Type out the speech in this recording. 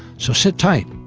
so sit tight.